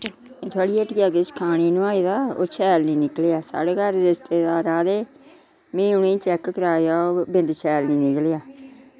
थोआड़िया हट्टिया किश खाने ई नुआए दा ओह् शैल नी निकलेआ साढ़े घर रिश्तेदार आदे में उ'नें ई चैक्क कराया बिंद शैल नी निकलेआ